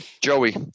Joey